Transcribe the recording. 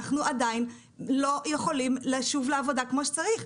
אנחנו עדיין לא יכולים לשוב לעבודה כמו שצריך.